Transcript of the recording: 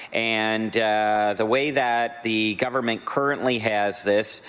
and the way that the government currently has this,